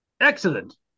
Excellent